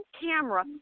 camera